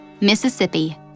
Mississippi